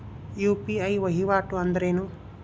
UPI ವಹಿವಾಟ್ ಅಂದ್ರೇನು?